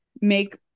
make